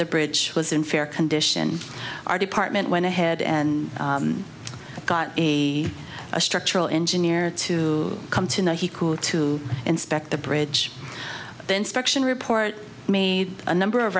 the bridge was in fair condition our department went ahead and got a structural engineer to come to know he could to inspect the bridge inspection report made a number of